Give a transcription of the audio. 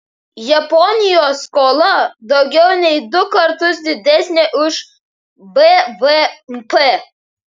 japonijos skola daugiau nei du kartus didesnė už bvp